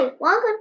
Welcome